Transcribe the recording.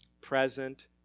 present